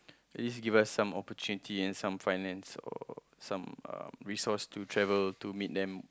at least give us some opportunity and some finance or some um resource to travel to meet them